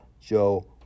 Joe